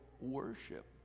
worship